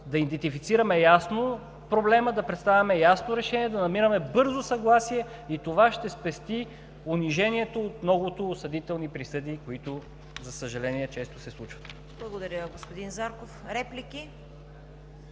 да идентифицираме ясно проблема, да представим ясно решение, да намираме бързо съгласие. Това ще спести унижението от многото осъдителни присъди, които, за съжаление, често се случват. ПРЕДСЕДАТЕЛ ЦВЕТА КАРАЯНЧЕВА: Благодаря, господин Зарков. Реплики?